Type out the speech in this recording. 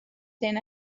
than